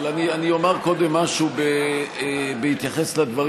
אבל אני אומר קודם משהו בהתייחס לדברים